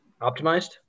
optimized